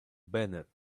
banner